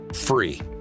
free